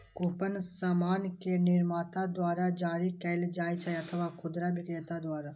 coupon सामान के निर्माता द्वारा जारी कैल जाइ छै अथवा खुदरा बिक्रेता द्वारा